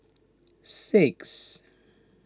six